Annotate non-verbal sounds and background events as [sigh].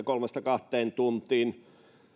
[unintelligible] kolmesta kahteen tuntiin